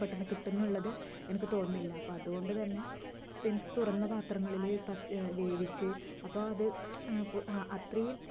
പെട്ടന്ന് കിട്ടുന്നുള്ളത് എനിക്ക് തോന്നുന്നില്ല അപ്പോൾ അതുകൊണ്ടുതന്നെ മീൻസ് തുറന്ന പാത്രങ്ങളില് വേവിച്ച് അപ്പോൾ അത് അത്രയും